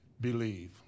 believe